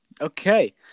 Okay